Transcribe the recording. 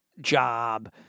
job